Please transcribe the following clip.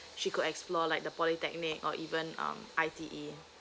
she could explore like the polytechnic or even um I T E